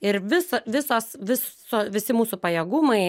ir visa visos viso visi mūsų pajėgumai